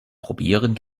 probieren